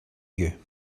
you